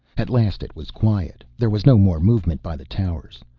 at last it was quiet there was no more movement by the towers.